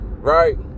right